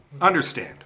understand